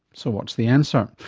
so what's the answer?